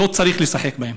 לא צריך לשחק בהם.